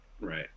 right